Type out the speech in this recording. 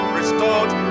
restored